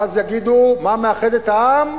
ואז יגידו: מה מאחד את העם?